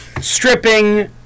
stripping